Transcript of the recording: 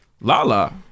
LaLa